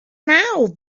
now